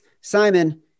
Simon